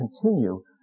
continue